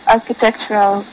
Architectural